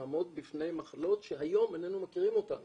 נעמוד בפני מחלות שהיום איננו מכירים אותן